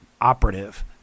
operative